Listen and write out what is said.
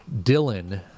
Dylan